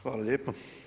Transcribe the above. Hvala lijepa.